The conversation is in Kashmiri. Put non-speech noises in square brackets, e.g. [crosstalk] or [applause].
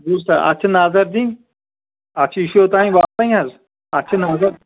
بوٗزتھا اَتھ چھِ نظر دِنۍ اَتھ چھِ یہِ چھِ اوٚتام [unintelligible] حظ اَتھ چھُنہٕ [unintelligible]